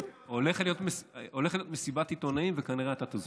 הולכת להיות מסיבת עיתונאים, וכנראה אתה תוזמן.